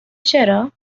چرا